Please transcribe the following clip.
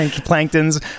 Plankton's